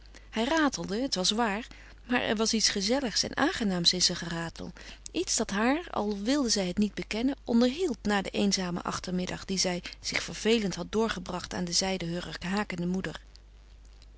hij ratelde het was waar maar er was iets gezelligs en aangenaams in zijn geratel iets dat haar al wilde zij het zich niet bekennen onderhield na den eenzamen achtermiddag dien zij zich vervelend had doorgebracht aan de zijde heurer hakende moeder